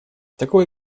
такое